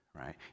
right